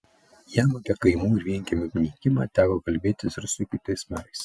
jam apie kaimų ir vienkiemių nykimą teko kalbėtis ir su kitais merais